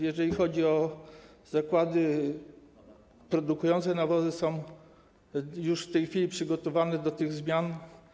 Jeżeli chodzi o zakłady produkujące nawozy, to są one już w tej chwili przygotowane do tych zmian.